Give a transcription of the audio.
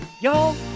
Y'all